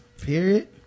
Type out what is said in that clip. period